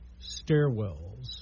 stairwells